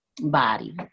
body